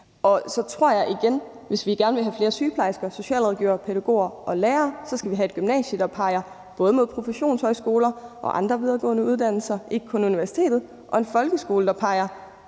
sige, at jeg tror, at hvis vi gerne vil have flere sygeplejersker, socialrådgivere, pædagoger og lærere, skal vi have et gymnasie, der også peger mod produktionshøjskolerne og de andre videregående uddannelser og ikke kun universitetet, og en folkeskole, der både